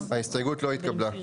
0 ההסתייגות לא התקבלה.